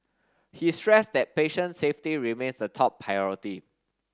he stressed that patient safety remains the top priority